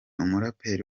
umuraperi